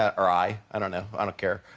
ah or i i don't know, i don't care.